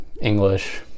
English